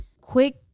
quick